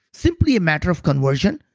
simply a matter of conversion,